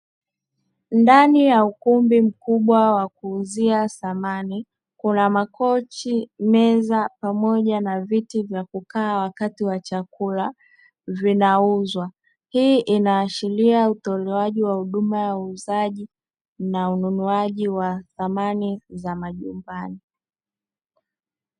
Ndani ya ukumbi mkubwa wa kuuzia samani, kuna: makochi, meza pamoja na viti vya kukaa wakati wa chakula vinauzwa. Hii inaashiria utolewaji wa huduma ya uuzaji na ununuaji wa samani za majumbani.